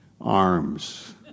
arms